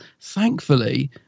thankfully